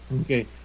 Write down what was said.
Okay